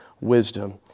wisdom